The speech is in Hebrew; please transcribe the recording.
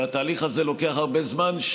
והתהליך הזה לוקח הרבה זמן,